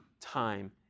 time